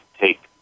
take